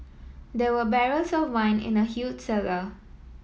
there were barrels of wine in the huge cellar